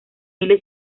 miles